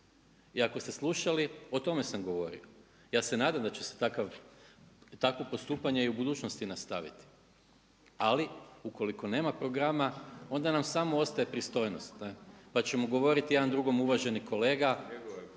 I ako ste slušali o tome sam govorio. Ja se nadam da će se takav i takvo postupanje i u budućnosti nastaviti, ali ukoliko nema programa onda nam samo ostaje pristojnost pa ćemo govoriti jedan drugome uvaženi kolega,